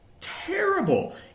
terrible